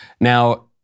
Now